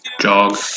Jog